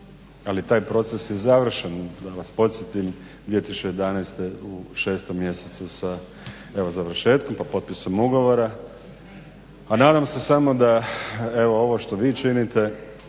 Ali taj proces je završen, da vas podsjetim 2011. u 6. mjesecu sa evo završetkom pa potpisom ugovora. A nadam se samo da evo ovo što vi činite